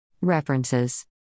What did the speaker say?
References